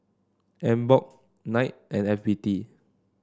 Emborg Knight and F B T